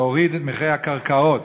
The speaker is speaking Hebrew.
להוריד את מחירי הקרקעות,